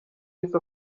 yahise